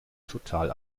total